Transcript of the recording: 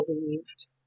believed